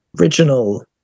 original